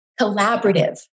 collaborative